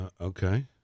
Okay